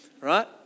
right